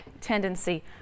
tendency